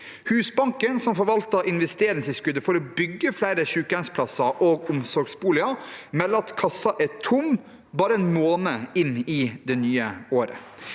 Husbanken, som forvalter investeringstilskuddet for å bygge flere sykehjemsplasser og omsorgsboliger, melder at kassa er tom bare en måned inn i det nye året.